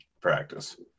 practice